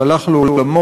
שהלך לעולמו